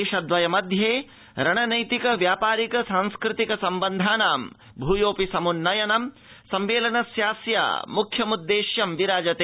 देशद्वयमध्ये रणनीतिक व्यापारिक सांस्कृतिक सम्बन्धानां भूयोऽपि समुन्नयनं सम्मेलनस्यास्य मुख्यमुद्देश्यमस्ति